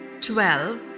twelve